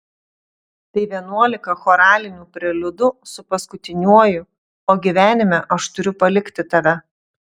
tai vienuolika choralinių preliudų su paskutiniuoju o gyvenime aš turiu palikti tave